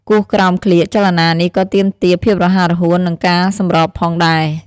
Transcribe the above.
គោះក្រោមក្លៀក ចលនានេះក៏ទាមទារភាពរហ័សរហួន និងការសម្របផងដែរ។